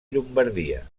llombardia